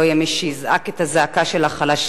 לא יהיה מי שיזעק את הזעקה של החלשים,